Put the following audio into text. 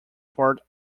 part